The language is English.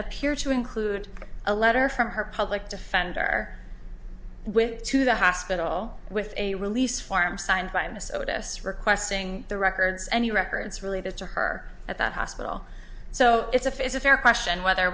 appear to include a letter from her public defender with to the hospital with a release form signed by minnesota us requesting the records any records related to her at the hospital so it's a face of fair question whether